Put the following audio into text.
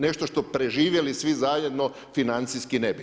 Nešto što preživjeli svi zajedno financijski ne bi.